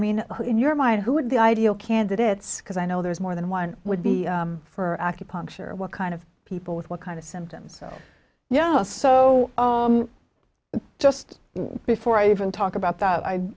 mean in your mind who would be ideal candidates because i know there is more than one would be for acupuncture and what kind of people with what kind of symptoms you know so just before i even talk about that i